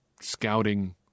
scouting